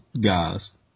guys